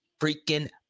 freaking